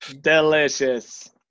delicious